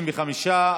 65,